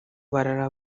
barara